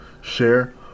share